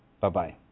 Bye-bye